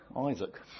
Isaac